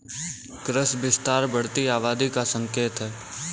कृषि विस्तार बढ़ती आबादी का संकेत हैं